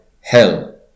Hell